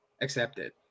accepted